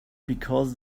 because